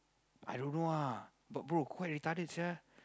I don't know ah but bro quite retarded sia